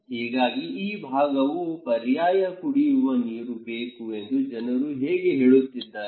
ಹೀಗಾಗಿ ಈ ಭಾಗದಲ್ಲಿ ಪರ್ಯಾಯ ಕುಡಿಯುವ ನೀರು ಬೇಕು ಎಂದು ಜನರು ಈಗ ಹೇಳುತ್ತಿದ್ದಾರೆ